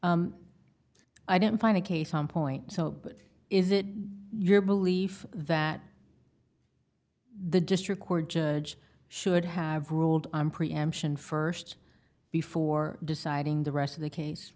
it i didn't find a case on point so but is it your belief that the district court judge should have ruled on preemption st before deciding the rest of the case